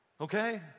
Okay